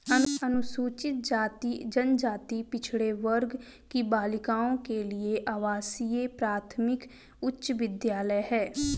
अनुसूचित जाति जनजाति पिछड़े वर्ग की बालिकाओं के लिए आवासीय प्राथमिक उच्च विद्यालय है